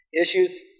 Issues